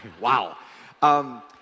Wow